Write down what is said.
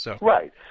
Right